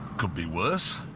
could be worse.